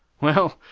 well,